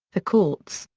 the courts,